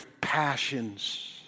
passions